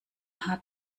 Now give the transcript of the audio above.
hat